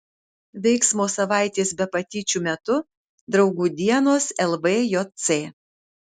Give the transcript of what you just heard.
veiksmo savaitės be patyčių metu draugų dienos lvjc